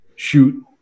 shoot